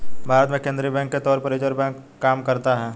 भारत में केंद्रीय बैंक के तौर पर रिज़र्व बैंक काम करता है